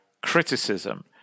criticism